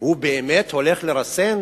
הוא באמת הולך לרסן?